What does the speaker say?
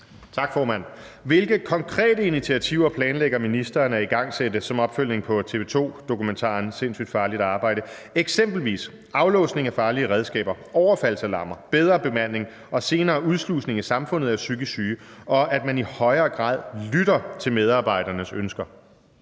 Tak, formand. Hvilke konkrete initiativer planlægger ministeren at igangsætte som opfølgning på TV2-dokumentaren »Sindssygt farligt arbejde« – eksempelvis aflåsning af farlige redskaber, overfaldsalarmer, bedre bemanding og senere udslusning i samfundet af psykisk syge, og at man i højere grad lytter til medarbejdernes ønsker